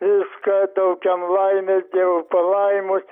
viską duok jam laimės dievo palaimos